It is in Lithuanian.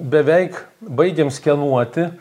beveik baigėm skenuoti